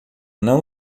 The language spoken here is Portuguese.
não